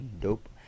dope